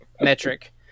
metric